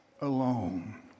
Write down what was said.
alone